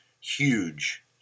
huge